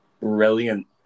brilliant